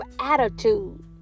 attitude